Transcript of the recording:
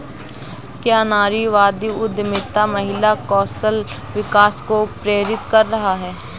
क्या नारीवादी उद्यमिता महिला कौशल विकास को प्रेरित कर रहा है?